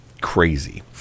crazy